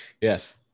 Yes